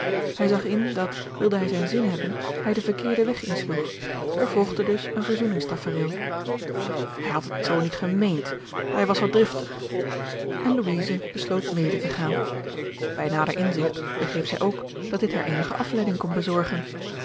hij zag in dat wilde hij zijn zin hebben hij den verkeerden weg insloeg er volgde dus een verzoeningstafereel hij had het zoo niet gemeend hij was wat driftig en louise besloot mede te gaan bij nader inzigt begreep zij ook dat dit haar eenige afleiding kon bezorgen